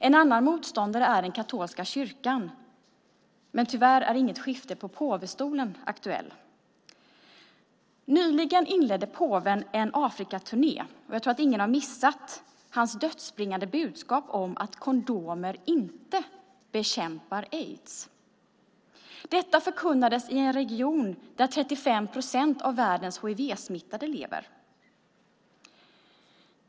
En annan motståndare är den katolska kyrkan, men tyvärr är inget skifte på påvestolen aktuellt. Nyligen inledde påven en Afrikaturné. Jag tror att ingen har missat hans dödsbringande budskap att kondomer inte bekämpar aids. Detta förkunnades i en region där 35 procent av världens hivsmittade lever.